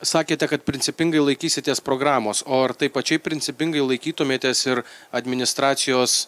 sakėte kad principingai laikysitės programos o ar taip pačiai principingai laikytumėtės ir administracijos